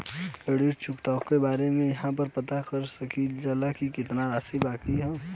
ऋण चुकौती के बारे इहाँ पर पता कर सकीला जा कि कितना राशि बाकी हैं?